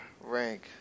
rank